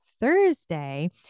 Thursday